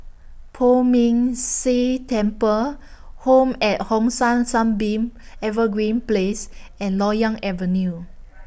Poh Ming Tse Temple Home At Hong San Sunbeam Evergreen Place and Loyang Avenue